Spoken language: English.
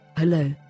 Hello